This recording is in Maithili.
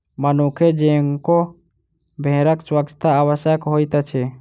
मनुखे जेंका भेड़क स्वच्छता आवश्यक होइत अछि